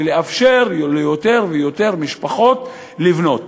ולאפשר ליותר ויותר משפחות לבנות.